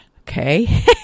okay